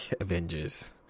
Avengers